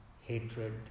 hatred